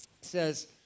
says